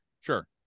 Sure